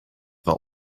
wel